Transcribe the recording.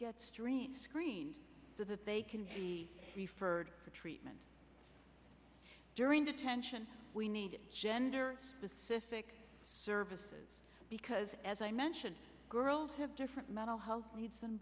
gets stream screen so that they can be referred for treatment during detention we need gender specific services because as i mentioned girls have different mental health needs